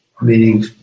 meaning